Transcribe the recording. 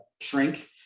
shrink